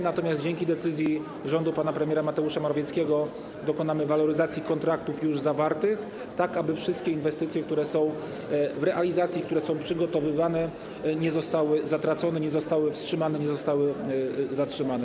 Natomiast dzięki decyzji rządu pana premiera Mateusza Morawieckiego dokonamy waloryzacji kontraktów już zawartych, tak aby wszystkie inwestycje, które są w realizacji, które są przygotowywane, nie zostały zatracone, nie zostały wstrzymane, nie zostały zatrzymane.